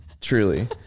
Truly